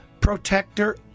protector